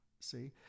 see